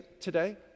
today